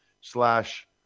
slash